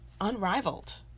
unrivaled